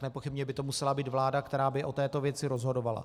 Nepochybně by to musela být vláda, která by o této věci rozhodovala.